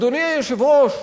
אדוני היושב-ראש,